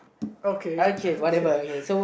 okay